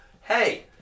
Hey